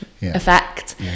effect